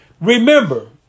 Remember